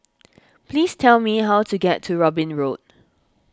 please tell me how to get to Robin Road